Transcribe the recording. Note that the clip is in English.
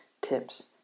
tips